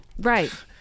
Right